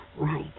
Right